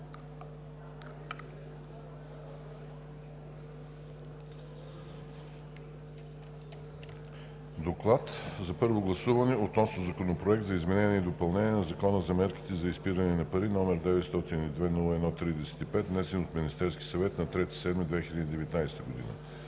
„ДОКЛАД за първо гласуване относно Законопроект за изменение и допълнение на Закона за мерките срещу изпирането на пари, № 902-01-35, внесен от Министерския съвет на 3 юли 2019 г.